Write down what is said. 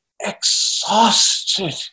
exhausted